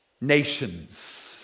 nations